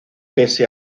pese